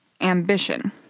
ambition